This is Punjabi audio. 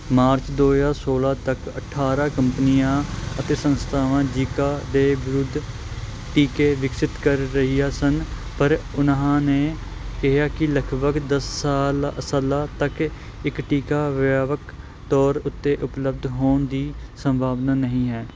ਮਾਰਚ ਦੋ ਹਜ਼ਾਰ ਸੋਲ੍ਹਾਂ ਤੱਕ ਅਠਾਰਾਂ ਕੰਪਨੀਆਂ ਅਤੇ ਸੰਸਥਾਵਾਂ ਜ਼ੀਕਾ ਦੇ ਵਿਰੁੱਧ ਟੀਕੇ ਵਿਕਸਿਤ ਕਰ ਰਹੀਆਂ ਸਨ ਪਰ ਉਹਨਾਂ ਨੇ ਕਿਹਾ ਕਿ ਲਗਭਗ ਦਸ ਸਾਲ ਸਾਲਾਂ ਤੱਕ ਇੱਕ ਟੀਕਾ ਵਿਆਪਕ ਤੌਰ ਉੱਤੇ ਉਪਲੱਬਧ ਹੋਣ ਦੀ ਸੰਭਾਵਨਾ ਨਹੀਂ ਹੈ